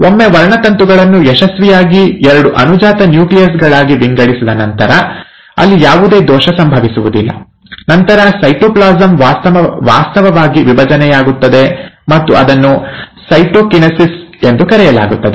ಒಮ್ಮೆ ವರ್ಣತಂತುಗಳನ್ನು ಯಶಸ್ವಿಯಾಗಿ ಎರಡು ಅನುಜಾತ ನ್ಯೂಕ್ಲಿಯಸ್ ಗಳಾಗಿ ವಿಂಗಡಿಸಿದ ನಂತರ ಅಲ್ಲಿ ಯಾವುದೇ ದೋಷ ಸಂಭವಿಸುವುದಿಲ್ಲ ನಂತರ ಸೈಟೋಪ್ಲಾಸಂ ವಾಸ್ತವವಾಗಿ ವಿಭಜನೆಯಾಗುತ್ತದೆ ಮತ್ತು ಅದನ್ನು ಸೈಟೊಕಿನೆಸಿಸ್ ಎಂದು ಕರೆಯಲಾಗುತ್ತದೆ